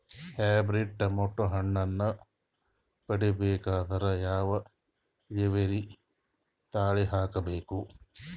Hybrid tomato ಹಣ್ಣನ್ನ ಪಡಿಬೇಕಂದರ ಯಾವ ಇಳುವರಿ ತಳಿ ಹಾಕಬೇಕು?